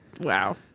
Wow